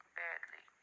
badly